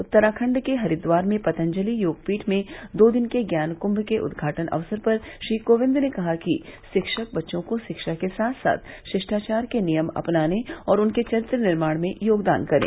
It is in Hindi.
उत्तराखंड के हरिद्वार में पतंजलि योगपीठ में दो दिन के ज्ञान कृंभ के उद्घाटन अवसर पर श्री कोविंद ने कहा कि शिक्षक बच्चों को शिक्षा के साथ साथ शिष्टाचार के नियम अपनाने और उनके चरित्र निर्माण में भी योगदान करें